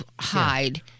hide